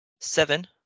Seven